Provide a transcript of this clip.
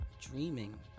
dreaming